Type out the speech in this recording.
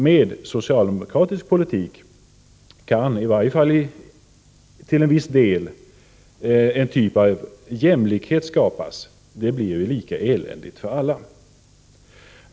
Med socialdemokratisk politik kan i varje fall en viss typ av jämlikhet skapas. Det blir ju lika eländigt för alla.